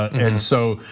and so,